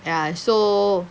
ya so